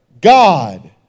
God